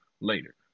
later